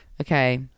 Okay